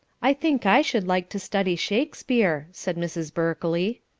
i think i should like to study shakespeare, said mrs. berkeley.